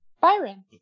Byron